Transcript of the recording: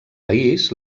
país